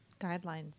guidelines